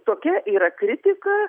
tokia yra kritika